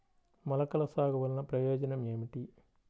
మొలకల సాగు వలన ప్రయోజనం ఏమిటీ?